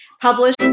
published